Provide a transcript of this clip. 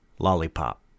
lollipop